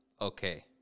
Okay